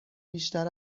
بیشتر